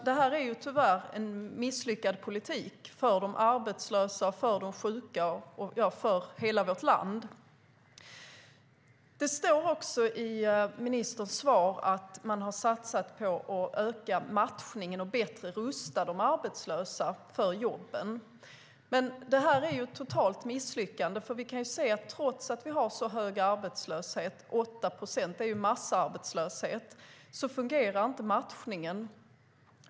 Det här är tyvärr en misslyckad politik för de arbetslösa, för de sjuka - ja, för hela vårt land. Det står också i ministerns svar att man har satsat på att öka matchningen och på att rusta de arbetslösa bättre för jobben. Men det är ett totalt misslyckande. Vi kan nämligen se att trots att vi har så hög arbetslöshet - 8 procent är massarbetslöshet - fungerar inte matchningen.